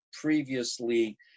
previously